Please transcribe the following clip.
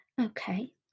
Okay